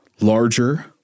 larger